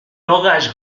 orage